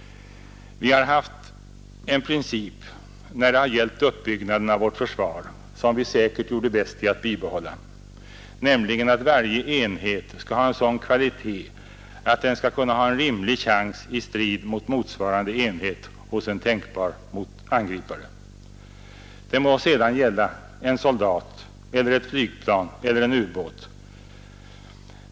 Vi har haft en princip när det har gällt uppbyggnaden av vårt försvar som vi säkert gjorde bäst i att bibehålla, nämligen att varje enhet skall ha en sådan kvalitet att den skall kunna ha rimlig chans i strid med motsvarande enhet hos en tänkbar angripare. Det må sedan gälla en soldat eller ett flygplan eller en ubåt.